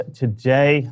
today